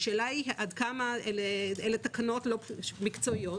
השאלה היא אלה תקנות מקצועיות